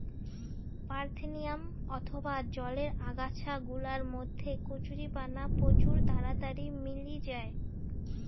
parthenium অথবা জলের আগাছা গুলার মধ্যে কচুরিপানা প্রচুর তাড়াতাড়ি মেলি জায়